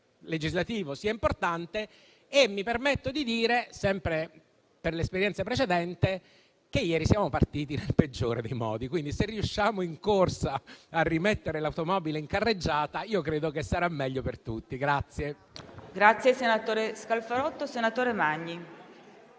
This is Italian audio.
legislativo sia importante. Mi permetto di dire, sempre sulla base dell'esperienza precedente, che ieri siamo partiti nel peggiore dei modi. Quindi, se riusciamo in corsa a rimettere l'automobile in carreggiata, credo che sarà meglio per tutti.